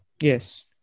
Yes